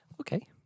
Okay